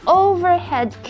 overhead